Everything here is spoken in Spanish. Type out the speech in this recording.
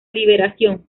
liberación